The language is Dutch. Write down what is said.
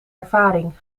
ervaring